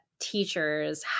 teachers